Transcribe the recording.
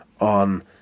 on